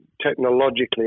technologically